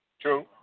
True